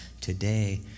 today